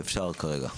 אפשר להמשיך כרגע.